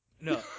No